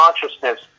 consciousness